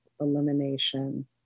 elimination